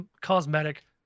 cosmetic